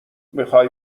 میخای